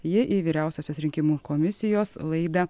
ji į vyriausiosios rinkimų komisijos laidą